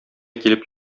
килеп